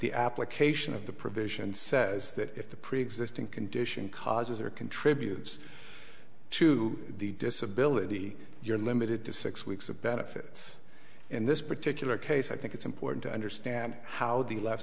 the application of the provision says that if the preexisting condition causes or contributes to the disability you're limited to six weeks of benefits in this particular case i think it's important to understand how the le